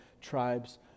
tribes